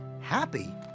Happy